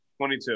22